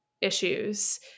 issues